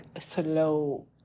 slow